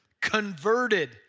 converted